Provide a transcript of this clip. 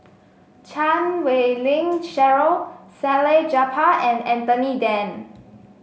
Chan Wei Ling Cheryl Salleh Japar and Anthony Then